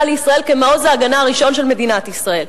לישראל כמעוז ההגנה הראשון של מדינת ישראל,